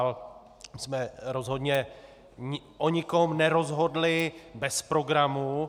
My jsme rozhodně o nikom nerozhodli bez programu.